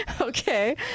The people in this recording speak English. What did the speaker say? Okay